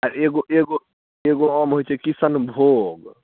एगो एगो एगो आम होयत छै किशनभोग